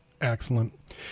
Excellent